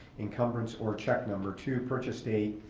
encumbrance, or check number to purchase date.